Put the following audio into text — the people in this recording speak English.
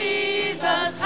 Jesus